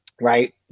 Right